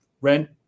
rent